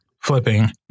flipping